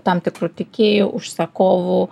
tam tikrų tiekėju užsakovu